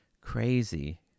crazy